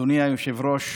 אדוני היושב-ראש,